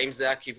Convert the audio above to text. האם זה הכיוון?